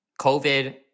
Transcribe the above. COVID